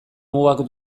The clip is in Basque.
mugak